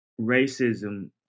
racism